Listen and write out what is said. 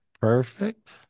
Perfect